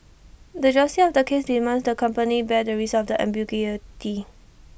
the justice of the case demands that the company bear the risk of this ambiguity